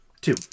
two